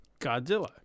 Godzilla